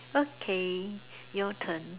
okay your turn